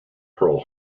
pearl